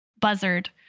buzzard